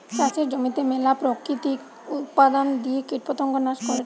চাষের জমিতে মেলা প্রাকৃতিক উপাদন দিয়ে কীটপতঙ্গ নাশ করেটে